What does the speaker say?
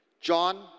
john